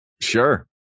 Sure